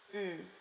mm